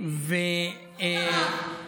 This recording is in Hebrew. ביום הדיון על גירוש של יהודים מארצות ערב.